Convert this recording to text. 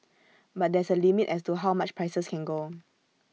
but there's A limit as to how much prices can go